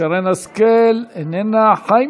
שרן השכל, אינה נוכחת.